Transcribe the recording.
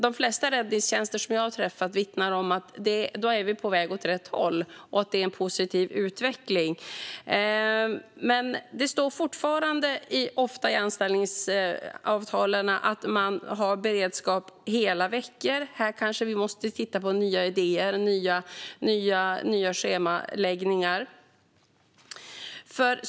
De räddningstjänster som jag har träffat vittnar om att vi är på väg åt rätt håll och att det är en positiv utveckling. Men det står fortfarande ofta i anställningsavtalen att man har beredskap hela veckor. Här kanske vi måste titta på nya idéer och nya schemaläggningar.